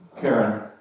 Karen